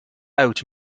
out